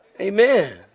Amen